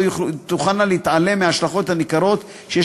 לא יכולנו להתעלם מההשלכות הניכרות שיש